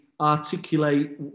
articulate